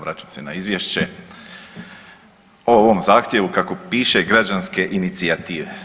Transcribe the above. Vraćam se na izvješće o ovom zahtjevu kako piše Građanske inicijative.